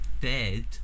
dead